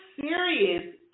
serious